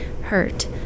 hurt